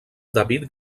david